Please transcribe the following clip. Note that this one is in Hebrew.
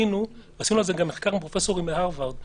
עשינו על זה גם מחקר עם פרופסורים מ"הרווארד",